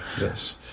yes